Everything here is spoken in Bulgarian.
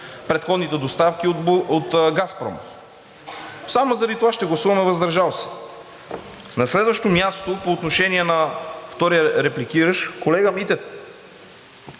предходните доставки от „Газпром“. Само заради това ще гласуваме въздържал се. На следващо място, по отношение на втория репликиращ. Колега Митев,